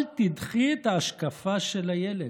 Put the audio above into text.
אל תדחי את ההשקפה של הילד.